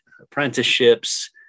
apprenticeships